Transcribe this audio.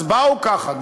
אז בואו ככה,